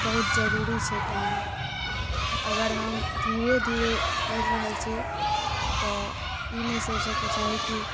बहुत जरूरी छै कयनाइ अगर हम धीरे धीरे पढ़ि रहल छी तऽ ई नहि सोचयके चाही कि